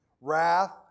Wrath